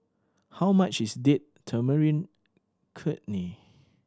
how much is Date Tamarind